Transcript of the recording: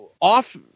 off